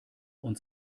uns